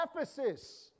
Ephesus